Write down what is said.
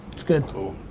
good. cool.